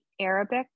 Arabic